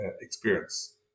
experience